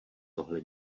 tohle